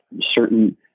certain